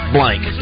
Blank